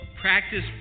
Practice